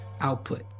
output